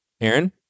Aaron